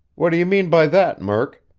what do you mean by that, murk?